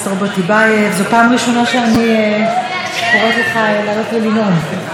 אנחנו עוברים להצבעה על הצעת חוק מקורות אנרגיה (תיקון מס' 2),